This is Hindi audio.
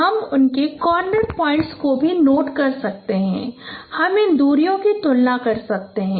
तो हम उनके कार्नर पॉइंट्स को भी नोट कर सकते हैं और हम इन दूरियों की तुलना कर सकते हैं